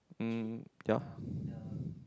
mm ya